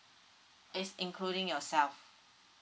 it's including yourself